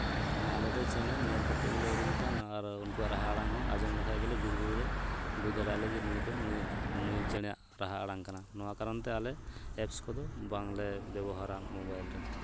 ᱢᱟᱱᱮ ᱟᱞᱮᱫᱚ ᱪᱮᱬᱮ ᱧᱮᱞ ᱠᱟᱛᱮᱫ ᱜᱮᱞᱮ ᱩᱨᱩᱢ ᱠᱚᱣᱟ ᱟᱨ ᱩᱱᱠᱩᱣᱟᱜ ᱨᱟᱦᱟ ᱟᱲᱟᱝ ᱦᱚᱸ ᱟᱸᱡᱚᱢ ᱞᱮᱠᱷᱟᱡ ᱜᱮᱞᱮ ᱵᱤᱨᱼᱵᱩᱨᱩᱨᱮ ᱵᱩᱡᱽ ᱫᱟᱲᱮᱭᱟᱜ ᱟᱞᱮ ᱱᱩᱭᱫᱚ ᱱᱩᱭ ᱪᱮᱬᱮᱟᱜ ᱨᱟᱦᱟ ᱟᱲᱟᱝ ᱠᱟᱱᱟ ᱱᱚᱣᱟ ᱟᱨᱚᱱᱛᱮ ᱟᱞᱮ ᱮᱯᱥ ᱠᱚᱫᱚ ᱵᱟᱝᱞᱮ ᱵᱮᱵᱚᱦᱟᱨᱟ ᱢᱳᱵᱟᱭᱤᱞ ᱨᱮ